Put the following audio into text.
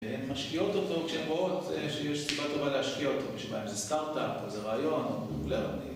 משקיעות אותו כשהם רואות שיש סיבה טובה להשקיע אותו, מישהו בא אם זה סטארטאפ או זה רעיון או...